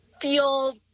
feel